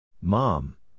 Mom